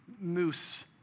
moose